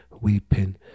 weeping